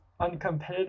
uncompetitive